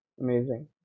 Amazing